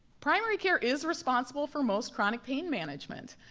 primary care is responsible for most chronic pain management.